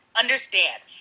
understand